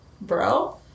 bro